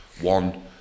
one